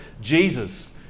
jesus